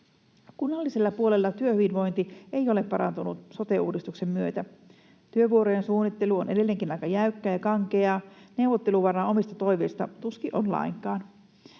Kunnallisella puolella työhyvinvointi ei ole parantunut sote-uudistuksen myötä. Työvuorojen suunnittelu on edelleenkin aika jäykkää ja kankeaa, neuvotteluvaraa omista toiveista on tuskin lainkaan.